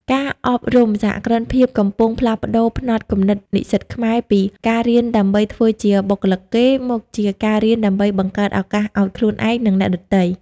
ការអប់រំសហគ្រិនភាពកំពុងផ្លាស់ប្តូរផ្នត់គំនិតនិស្សិតខ្មែរពី "ការរៀនដើម្បីធ្វើជាបុគ្គលិកគេ" មកជា "ការរៀនដើម្បីបង្កើតឱកាសឱ្យខ្លួនឯង និងអ្នកដទៃ"។